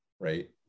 right